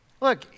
Look